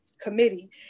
committee